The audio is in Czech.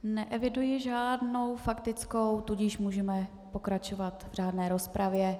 Neeviduji žádnou faktickou, tudíž můžeme pokračovat v řádné rozpravě.